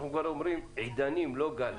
אנחנו כבר אומרים עידנים, לא גל.